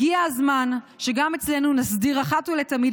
הגיע הזמן שגם אצלנו נסדיר אחת ולתמיד